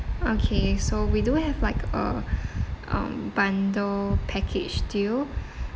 okay so we do have like a um bundle package deal